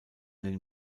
den